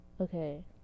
Okay